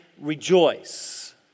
rejoice